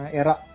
era